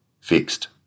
fixed